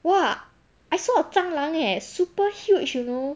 !wah! I saw a 蟑螂 eh super huge you know